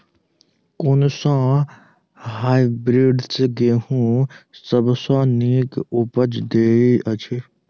कुन सँ हायब्रिडस गेंहूँ सब सँ नीक उपज देय अछि?